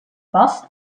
fast